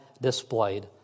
displayed